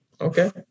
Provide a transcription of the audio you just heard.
Okay